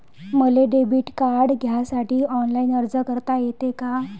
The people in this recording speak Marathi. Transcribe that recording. मले डेबिट कार्ड घ्यासाठी ऑनलाईन अर्ज करता येते का?